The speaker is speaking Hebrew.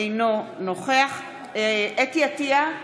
אינו נוכח חוה אתי עטייה,